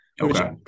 Okay